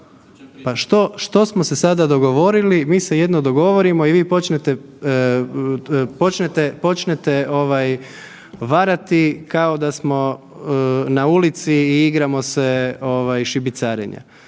što smo se sada dogovorili? Mi se jedno dogovorimo i vi počnete, počnete, počnete ovaj varati kao da smo na ulici i igramo se ovaj šibicarenja.